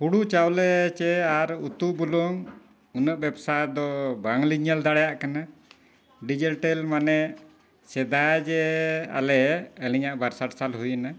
ᱦᱩᱲᱩ ᱪᱟᱣᱞᱮ ᱥᱮ ᱟᱨ ᱩᱛᱩ ᱵᱩᱞᱩᱝ ᱩᱱᱟᱹᱜ ᱵᱮᱵᱽᱥᱟ ᱫᱚ ᱵᱟᱝ ᱞᱤᱧ ᱧᱮᱞ ᱫᱟᱲᱮᱭᱟᱜ ᱠᱟᱱᱟ ᱰᱤᱡᱤᱴᱟᱞ ᱢᱟᱱᱮ ᱥᱮᱫᱟᱭ ᱡᱮ ᱟᱞᱮ ᱟᱹᱞᱤᱧᱟᱜ ᱵᱟᱨᱥᱟᱴ ᱥᱟᱞ ᱦᱩᱭᱱᱟ